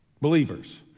believers